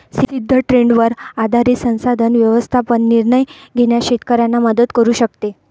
सिद्ध ट्रेंडवर आधारित संसाधन व्यवस्थापन निर्णय घेण्यास शेतकऱ्यांना मदत करू शकते